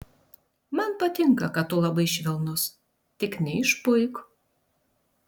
man patinka kad tu labai švelnus tik neišpuik